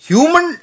Human